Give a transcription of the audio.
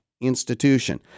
institution